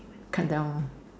cut down